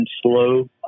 slow